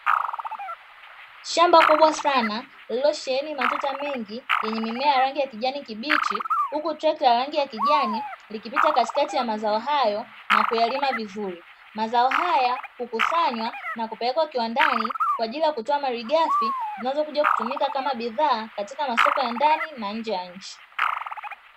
Shamba kubwa sana lililosheheni matuta mengi yenye mimea ya rangi ya kijani kibichi huku trekta la rangi ya kijani likipita katikati ya mazao hayo na kuyalima vizuri. Mazao haya hukusanywa na kupelekwa kiwandani kwa ajili ya kutoa malighafi zinazokuja kutumika kama bidhaa katika masoko ya ndani na nje ya nchi.